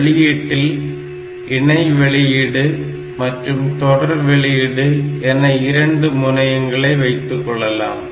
வெளியீட்டில் இணை வெளியீடு மற்றும் தொடர் வெளியீடு என இரண்டு முனையங்களை வைத்துக்கொள்ளலாம்